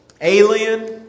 Alien